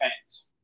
fans